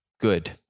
good